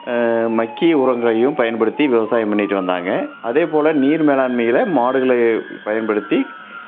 மட்கிய உரங்களையும் பயன்படுத்தி விவசாயம் பண்ணிகிட்டு வந்தாங்க அதேபோல் நீர் மேலாண்மையில் மாடுகளையே பயன்படுத்தி